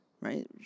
right